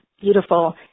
beautiful